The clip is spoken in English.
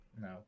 no